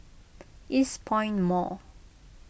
Eastpoint Mall